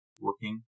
working